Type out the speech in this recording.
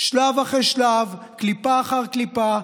שלב אחרי שלב, קליפה אחר קליפה.